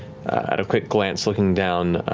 at a quick glance, looking down,